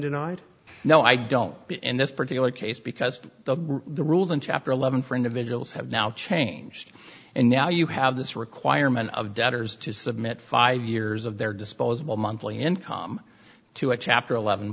denied no i don't but in this particular case because the rules in chapter eleven for individuals have now changed and now you have this requirement of debtors to submit five years of their disposable monthly income to a chapter eleven